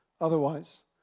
otherwise